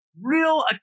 real